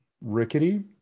rickety